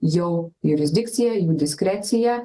jau jurisdikcija jų diskrecija